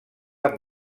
amb